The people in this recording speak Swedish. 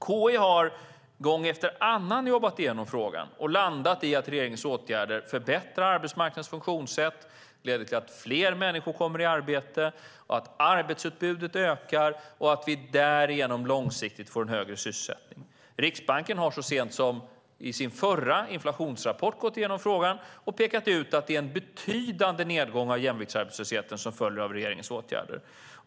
KI har gång efter annan jobbat igenom frågan och landat i att regeringens åtgärder förbättrar arbetsmarknadens funktionssätt och leder till att fler människor kommer i arbete. Arbetsutbudet ökar, och därigenom får vi långsiktigt en högre sysselsättning. Riksbanken har så sent som i sin förra inflationsrapport gått igenom frågan och pekat ut att det är en betydande nedgång av jämviktsarbetslösheten som följer av regeringens åtgärder.